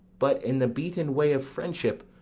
but, in the beaten way of friendship,